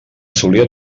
solia